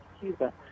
Cuba